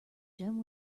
gem